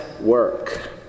work